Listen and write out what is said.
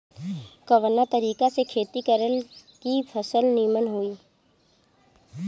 कवना तरीका से खेती करल की फसल नीमन होई?